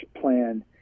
plan